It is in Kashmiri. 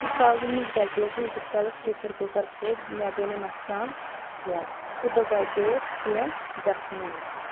سُہ ژَلنہٕ نِش بَچییَس بہٕ یٖتِس کالَس پرٛیشَر کُکَر پھوٚٹ مے گوو نہٕ نۄقصان کیٚنٛہہ تہٕ بہٕ بَچییَس کیٚنٛہہ گَژھنہٕ نِش